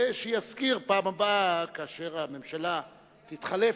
ושיזכיר בפעם הבאה כאשר הממשלה תתחלף,